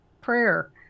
prayer